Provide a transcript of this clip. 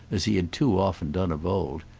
as he had too often done of old,